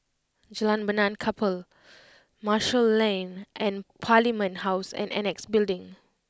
Jalan Benaan Kapal Marshall Lane and Parliament House and Annexe Building